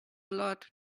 lot